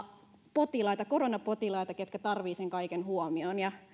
potilaita koronapotilaita ketkä tarvitsevat sen kaiken huomion ja